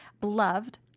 beloved